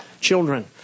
children